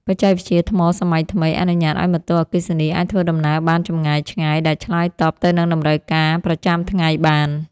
បច្ចេកវិទ្យាថ្មសម័យថ្មីអនុញ្ញាតឱ្យម៉ូតូអគ្គិសនីអាចធ្វើដំណើរបានចម្ងាយឆ្ងាយដែលឆ្លើយតបទៅនឹងតម្រូវការប្រចាំថ្ងៃបាន។